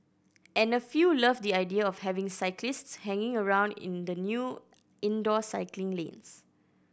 and a few loved the idea of having cyclists hanging around in the new indoor cycling lanes